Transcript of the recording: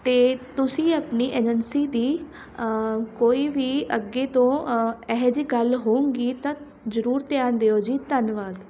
ਅਤੇ ਤੁਸੀਂ ਆਪਣੀ ਏਜੰਸੀ ਦੀ ਕੋਈ ਵੀ ਅੱਗੇ ਤੋਂ ਇਹੋ ਜਿਹੀ ਗੱਲ ਹੋਊਗੀ ਤਾਂ ਜ਼ਰੂਰ ਧਿਆਨ ਦਿਓ ਜੀ ਧੰਨਵਾਦ